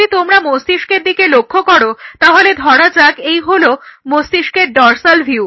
যদি তোমরা মস্তিষ্কের দিকে লক্ষ্য করো তাহলে ধরা যাক এই হলো মস্তিষ্কের ডর্সাল ভিউ